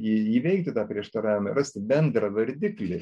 jį įveikti prieštaravimą rasti bendrą vardiklį